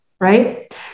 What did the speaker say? right